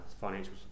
financial